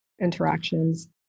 interactions